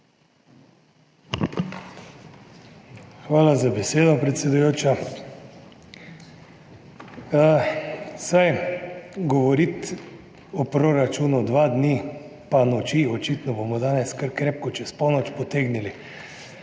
Hvala za besedo, predsedujoča. Govoriti o proračunu dva dni pa noči, očitno bomo danes kar krepko čez polnoč potegnili,